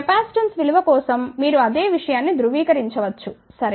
capacitance విలువ కోసం మీరు అదే విషయాన్ని ధృవీకరించవచ్చు సరే